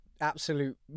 absolute